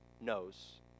knows